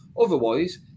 Otherwise